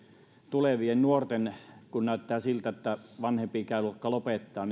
tulevien nuorten maanviljelijöitten neuvonta kun näyttää siltä että vanhempi ikäluokka lopettaa